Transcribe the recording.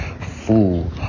fool